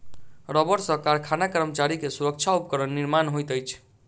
रबड़ सॅ कारखाना कर्मचारी के सुरक्षा उपकरण निर्माण होइत अछि